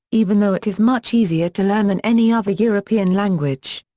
even though it is much easier to learn than any other european language.